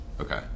Okay